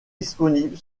disponible